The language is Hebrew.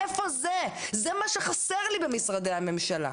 איפה זה, זה מה שחסר לי במשרדי הממשלה.